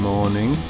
Morning